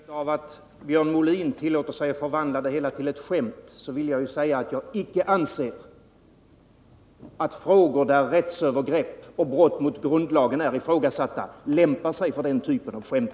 Herr talman! Med anledning av att Björn Molin tillåter sig att förvandla det hela till ett skämt vill jag säga att jag icke anser att frågor där rättsövergrepp och brott mot grundlagen är ifrågasatta lämpar sig för den typen av skämt.